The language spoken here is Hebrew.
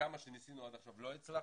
וכמה שניסינו עד עכשיו ולא הצלחנו,